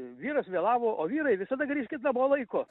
vyras vėlavo o vyrai visada grįžkit namo laiku